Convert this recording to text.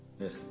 Yes